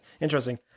Interesting